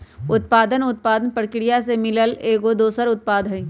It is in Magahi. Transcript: उपोत्पाद उत्पादन परकिरिया से मिलल एगो दोसर उत्पाद हई